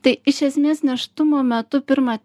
tai iš esmės nėštumo metu pirmą